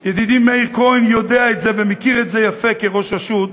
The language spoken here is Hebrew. ידידי מאיר כהן יודע את זה ומכיר את זה יפה כראש רשות.